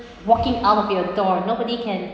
walking out of your door nobody can